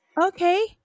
Okay